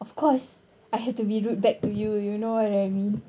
of course I have to be rude back to you you know what I mean